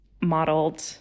modeled